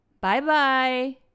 Bye-bye